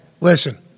listen